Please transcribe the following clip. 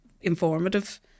informative